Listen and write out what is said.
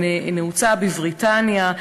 נעוצה בבריטניה,